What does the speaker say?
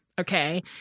okay